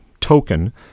token